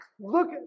look